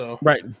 Right